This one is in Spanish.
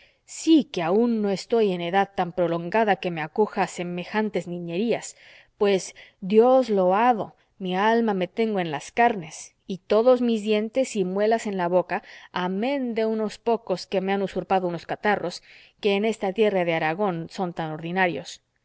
sí que aún no estoy en edad tan prolongada que me acoja a semejantes niñerías pues dios loado mi alma me tengo en las carnes y todos mis dientes y muelas en la boca amén de unos pocos que me han usurpado unos catarros que en esta tierra de aragón son tan ordinarios